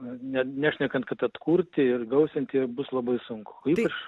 ne nešnekant kad atkurti ir gausinti bus labai sunku o ypač